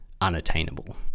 unattainable